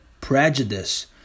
prejudice